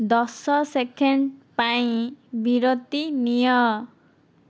ଦଶ ସେକେଣ୍ଡ ପାଇଁ ବିରତି ନିଅ